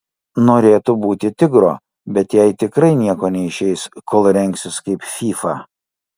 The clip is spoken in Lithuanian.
norėtų būti tigro bet jai tikrai nieko neišeis kol rengsis kaip fyfa